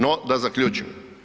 No, da zaključim.